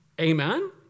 Amen